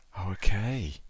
Okay